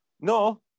No